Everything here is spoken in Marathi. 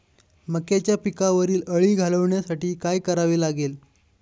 मक्याच्या पिकावरील अळी घालवण्यासाठी काय करावे लागेल?